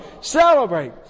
celebrate